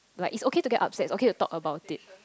like it's okay to get upset it's okay to talk about it